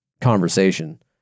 conversation